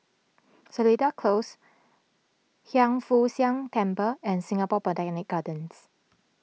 Seletar Close Hiang Foo Siang Temple and Singapore Botanic Gardens